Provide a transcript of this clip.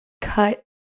cut